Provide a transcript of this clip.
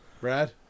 Brad